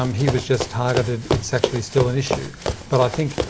um he was just targeted. it's actually still an issue but, i think,